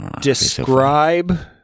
Describe